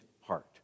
heart